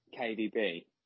KDB